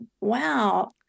Wow